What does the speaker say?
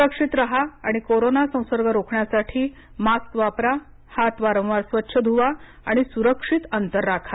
सुरक्षित राहा आणि कोरोना संसर्ग रोखण्यासाठी मास्क वापरा हात वारंवार स्वच्छ धुवा आणि सुरक्षित अंतर राखा